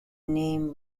name